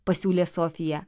pasiūlė sofija